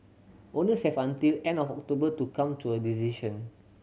owners have until end of October to come to a decision